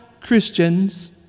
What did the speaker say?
Christians